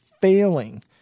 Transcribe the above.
failing